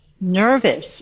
nervous